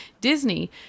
Disney